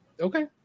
Okay